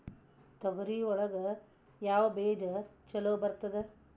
ತೊಗರಿ ಒಳಗ ಯಾವ ಬೇಜ ಛಲೋ ಬರ್ತದ?